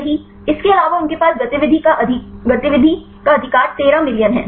सही इसके अलावा उनके पास गतिविधि का अधिकार 13 मिलियन है